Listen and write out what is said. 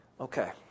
Okay